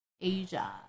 Asia